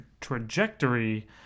trajectory